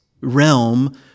realm